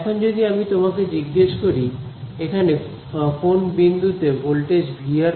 এখন যদি আমি তোমাকে জিজ্ঞেস করি এখানে কোন বিন্দুতে ভোল্টেজ V কত